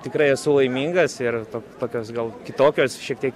tikrai esu laimingas ir tokios gal kitokios šiek tiek